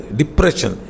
depression